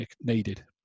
needed